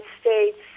States